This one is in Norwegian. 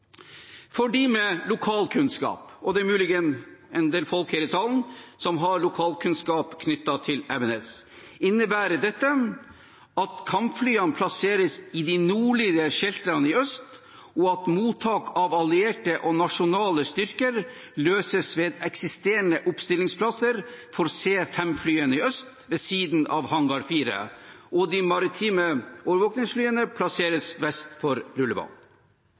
For dem med lokalkunnskap – og det er muligens en del folk her i salen som har lokalkunnskap om Evenes – innebærer dette at kampflyene plasseres i de nordlige «shelterne» i øst, og at mottak av allierte og nasjonale styrker løses ved eksisterende oppstillingsplasser for C5-flyene i øst, ved siden av hangar 4. De maritime overvåkningsflyene plasseres vest for rullebanen.